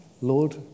Lord